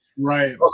Right